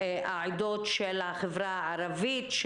החברה הערבית,